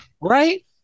right